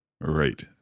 Right